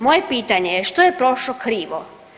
Moje pitanje je što je prošlo krivo?